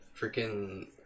freaking